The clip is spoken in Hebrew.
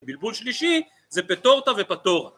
בלבול שלישי זה פטורטה ופטורה